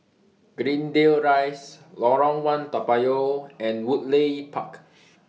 Greendale Rise Lorong one Toa Payoh and Woodleigh Park